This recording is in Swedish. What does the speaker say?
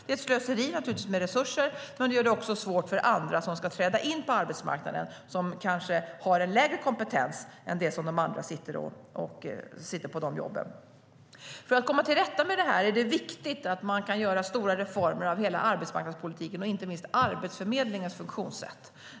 Det är naturligtvis ett slöseri med resurser, men det gör det också svårt för andra som ska träda in på arbetsmarknaden och som kanske har en lägre kompetens än den som de andra som sitter på jobben har. För att komma till rätta med det här är det viktigt att man kan göra stora reformer av hela arbetsmarknadspolitiken, inte minst av Arbetsförmedlingens funktionssätt.